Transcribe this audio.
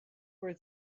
were